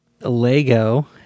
Lego